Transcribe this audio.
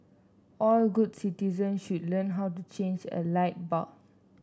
all good citizen should learn how to change a light bulb